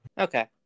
okay